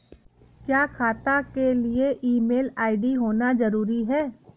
क्या खाता के लिए ईमेल आई.डी होना जरूरी है?